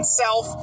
self